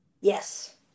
Yes